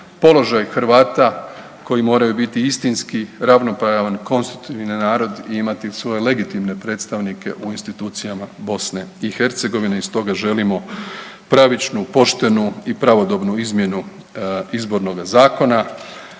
položaj Hrvata koji moraju biti istinski ravnopravan konstitutivni narod i imati svoje legitimne predstavnike u institucijama BiH i stoga želimo pravičnu, poštenu i pravodobnu izmjenu izbornoga zakona.